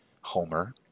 Homer